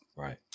Right